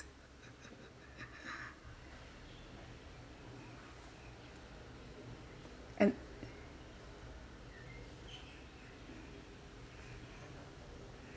and